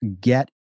get